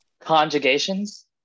Conjugations